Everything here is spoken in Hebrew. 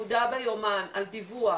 נקודה ביומן על דיווח,